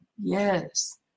Yes